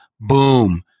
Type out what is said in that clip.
boom